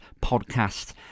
podcast